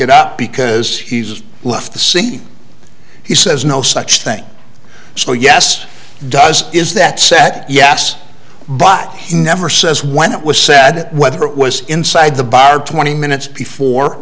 it out because he's left the scene he says no such thing so yes does is that set yes but he never says when it was said whether it was inside the bar twenty minutes before